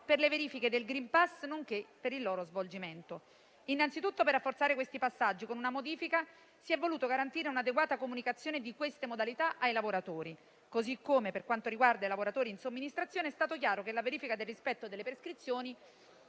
per le verifiche del *green pass*, nonché per il loro svolgimento. Innanzitutto, per rafforzare questi passaggi con una modifica, si è voluta garantire un'adeguata comunicazione di queste modalità ai lavoratori, così come, per quanto riguarda i lavoratori in somministrazione, è stato chiaro che la verifica del rispetto delle prescrizioni